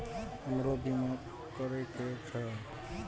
हमरो बीमा करीके छः?